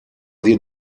wir